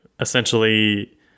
essentially